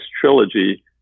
trilogy